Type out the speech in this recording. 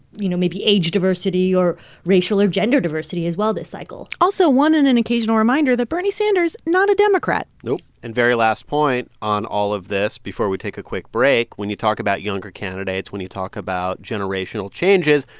you know, maybe age diversity or racial or gender diversity as well this cycle? also, one and an occasional reminder that bernie sanders not a democrat nope. and very last point on all of this, before we take a quick break, when you talk about younger candidates, when you talk about generational changes,